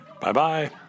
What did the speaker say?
Bye-bye